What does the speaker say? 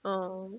oh